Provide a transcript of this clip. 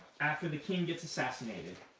after the king gets assassinated,